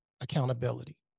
accountability